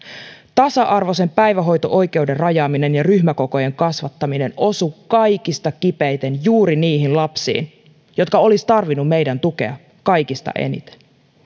tasa arvoisen päivähoito oikeuden rajaaminen ja ryhmäkokojen kasvattaminen osuivat kaikista kipeimmin juuri niihin lapsiin jotka olisivat tarvinneet meidän tukeamme kaikista eniten